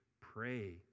pray